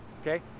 Okay